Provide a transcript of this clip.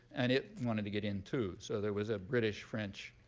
and it wanted to get in, too. so there was a british, french,